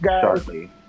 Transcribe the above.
shortly